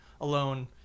alone